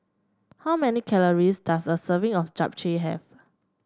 how many calories does a serving of Japchae have